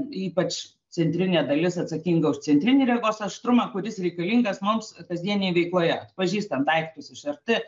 ypač centrinė dalis atsakinga už centrinį regos aštrumą kuris reikalingas mums kasdienėj veikloje pažįstant daiktus iš arti